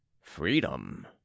Freedom